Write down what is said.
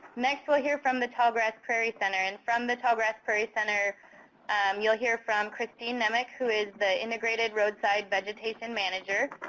next we'll hear from the tallgrass prairie center, and from the tallgrass prairie center um you'll hear from kristine nemec, who is the integrated roadside vegetation manager,